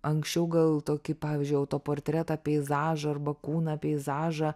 anksčiau gal tokį pavyzdžiui autoportretą peizažą arba kūną peizažą